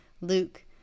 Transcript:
luke